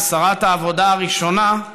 כשרת העבודה הראשונה,